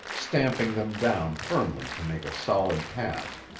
stamping them down firmly to make a solid path,